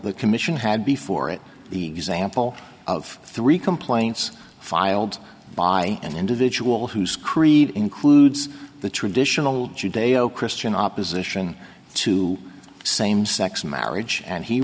the commission had before it the example of three complaints filed by an individual whose creed includes the traditional judeo christian opposition to same sex marriage and he